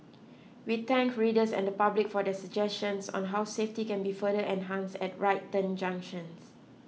we thank readers and the public for their suggestions on how safety can be further enhance at right turn junctions